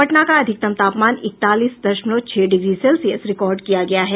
पटना का अधिकतम तापमान इकतालीस दशमलव छह डिग्री सेल्सियस रिकॉर्ड किया गया है